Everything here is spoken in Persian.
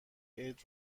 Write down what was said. عید